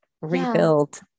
rebuild